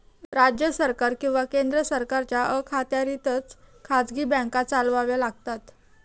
राज्य सरकार किंवा केंद्र सरकारच्या अखत्यारीतच खाजगी बँका चालवाव्या लागतात